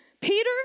Peter